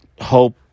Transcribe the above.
hope